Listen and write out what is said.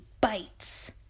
bites